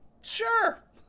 Sure